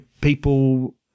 people